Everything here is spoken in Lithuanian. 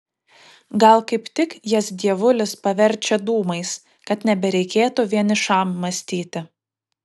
gal kaip tik jas dievulis paverčia dūmais kad nebereikėtų vienišam mąstyti